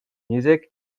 music